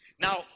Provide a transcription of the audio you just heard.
Now